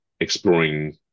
Exploring